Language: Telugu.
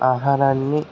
ఆహారాన్ని